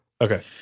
Okay